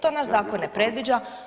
To naš zakon ne predviđa.